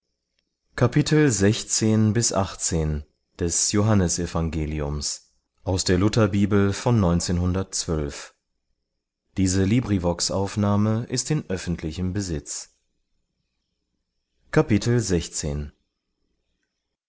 tempel ist in